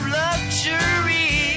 luxury